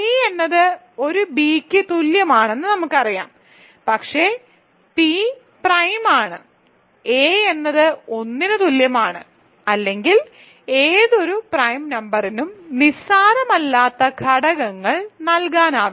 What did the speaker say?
p എന്നത് ഒരു ബിക്ക് തുല്യമാണെന്ന് നമുക്കറിയാം പക്ഷേ പി പ്രൈമാണ് a എന്നത് 1 ന് തുല്യമാണ് അല്ലെങ്കിൽ ഏതൊരു പ്രൈം നമ്പറിനും നിസ്സാരമല്ലാത്ത ഘടകങ്ങൾ നൽകാനാവില്ല